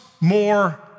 more